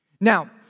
Now